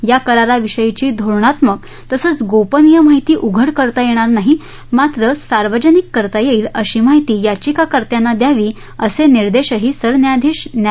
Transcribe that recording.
या कराराविषयीची धोरणात्मक तसंच गोपनीय माहिती उघड करता येणार नाही मात्र सार्वजनिक करता येईल अशी माहिती याचिकाकर्त्यांना द्यावी असे निर्देशही सरन्यायाधीश न्या